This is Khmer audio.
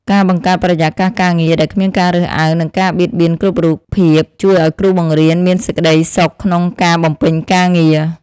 ការបង្កើតបរិយាកាសការងារដែលគ្មានការរើសអើងនិងការបៀតបៀនគ្រប់រូបភាពជួយឱ្យគ្រូបង្រៀនមានសេចក្តីសុខក្នុងការ បំពេញការងារ។